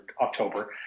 October